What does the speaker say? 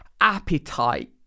appetite